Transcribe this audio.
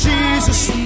Jesus